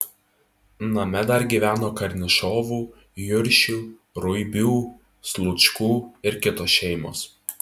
name dar gyveno karnišovų juršių ruibių slučkų ir kitos šeimos